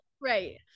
right